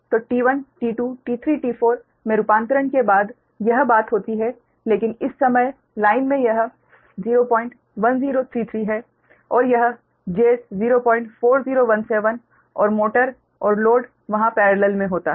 तो T1 T2 T3 T4 में रूपांतरण के बाद यह बात होती है लेकिन इस समय लाइन में यह 01033 है और यह j04017 और मोटर और लोड वहाँ पेरेलल में होता है